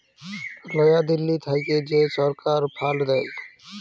লয়া দিল্লী থ্যাইকে যে ছরকার ফাল্ড দেয়